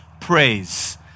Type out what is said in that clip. praise